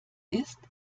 ist